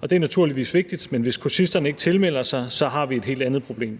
og det er naturligvis vigtigt, men hvis kursisterne ikke tilmelder sig, så har vi et helt andet problem.